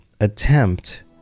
attempt